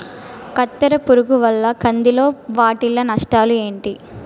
కత్తెర పురుగు వల్ల కంది లో వాటిల్ల నష్టాలు ఏంటి